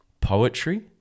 poetry